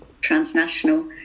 transnational